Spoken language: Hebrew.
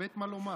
מתלבט מה לומר.